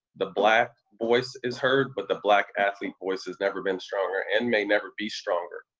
the black voice is heard, but the black athlete voice has never been stronger and may never be stronger,